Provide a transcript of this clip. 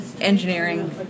engineering